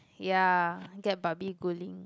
ya get babi-guling